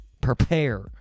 prepare